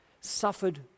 suffered